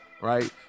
right